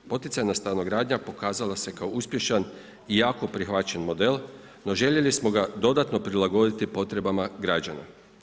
Poticajna stanogradnja pokazala se kao uspješan i jako prihvaćen model, no željeli smo ga dodatno prilagoditi potrebama građana.